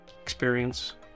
experience